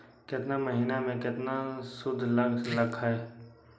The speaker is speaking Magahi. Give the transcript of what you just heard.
केतना महीना में कितना शुध लग लक ह?